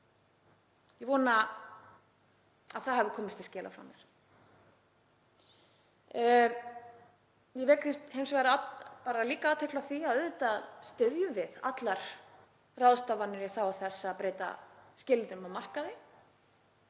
Ég vona að það hafi komist til skila frá mér. Ég vek hins vegar líka athygli á því að auðvitað styðjum við allar ráðstafanir í þágu þess að breyta skilyrðum á markaði.